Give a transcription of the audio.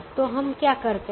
तो हम क्या करते हैं